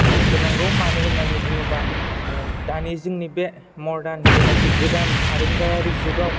ओह होनांगौ मानो होनानै बुङोबा ओह दानि जोंनि बे मदार्न जेनाखि गोदान आरो आरोंदायारि जुगआव